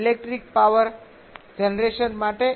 electric power generation માટે એક